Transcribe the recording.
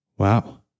Wow